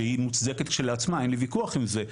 שהיא מוצדקת כשלעצמה אין לי ויכוח עם זה,